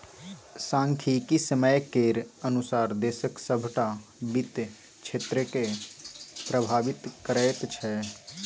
सांख्यिकी समय केर अनुसार देशक सभटा वित्त क्षेत्रकेँ प्रभावित करैत छै